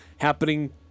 happening